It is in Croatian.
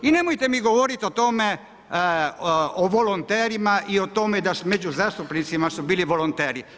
I nemojte mi govoriti o tome o volonterima i o tome da među zastupnicima su bili volonteri.